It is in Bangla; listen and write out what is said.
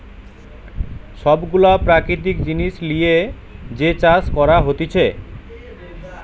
সব গুলা প্রাকৃতিক জিনিস লিয়ে যে চাষ করা হতিছে